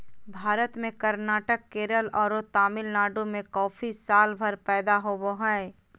भारत में कर्नाटक, केरल आरो तमिलनाडु में कॉफी सालभर पैदा होवअ हई